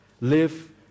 Live